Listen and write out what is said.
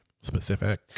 specific